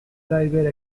driver